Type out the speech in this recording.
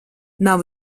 nav